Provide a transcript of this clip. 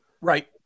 right